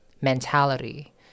mentality